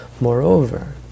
moreover